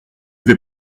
vais